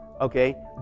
okay